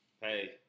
Hey